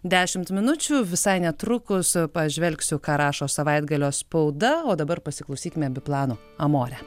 dešimt minučių visai netrukus pažvelgsiu ką rašo savaitgalio spauda o dabar pasiklausykime biplanų amore